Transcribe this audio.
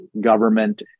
government